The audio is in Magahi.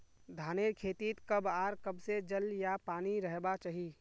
धानेर खेतीत कब आर कब से जल या पानी रहबा चही?